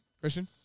Christian